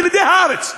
ילידי הארץ,